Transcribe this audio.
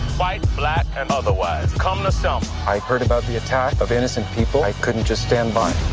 white, black and otherwise come to selma. i heard about the attack of innocent people. i couldn't just stand by.